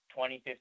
2015